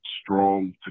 strong